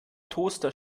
toaster